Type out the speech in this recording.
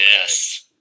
Yes